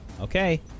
Okay